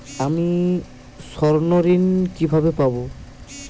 আমি স্বর্ণঋণ কিভাবে পাবো?